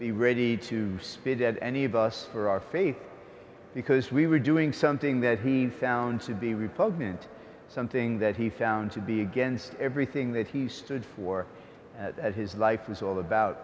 be ready to spit at any of us for our faith because we were doing something that he found to be repugnant something that he found to be against everything that he stood for his life was all about